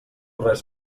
res